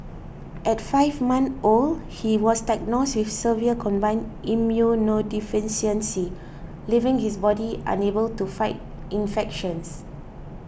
at five months old he was diagnosed with severe combined immunodeficiency leaving his body unable to fight infections